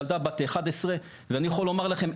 ילדה בת 11. אני יכול לומר לכם,